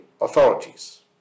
authorities